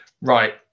Right